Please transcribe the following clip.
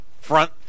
front